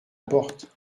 porte